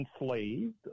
enslaved